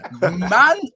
Man